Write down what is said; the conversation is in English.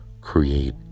create